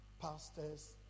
pastors